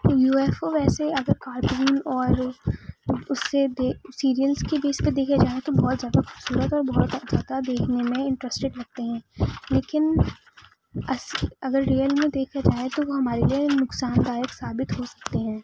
you F O ویسے اگر cartoon اور اس سے سیریلس کی بیس پہ دیکھے جائیں تو بہت زیادہ خوبصورت اور بہت زیادہ دیکھنے میں انٹرسٹڈ لگتے ہیں لیکن اگر ریئل میں دیکھا جائے تو وہ ہمارے لیے نقصان دایک ثابت ہو سکتے ہیں